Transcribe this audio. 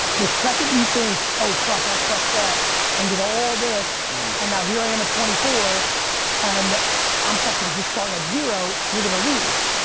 the second you think, oh fuck, i fucked up and did all this and now here i am at twenty four and i'm fucking just starting at zero. you're gonna lose.